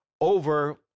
over